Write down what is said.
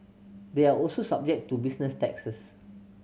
they are also subject to business taxes